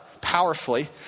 powerfully